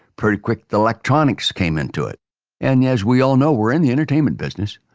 pretty quick the electronics came into it and yeah as we all know, we're in the entertainment business,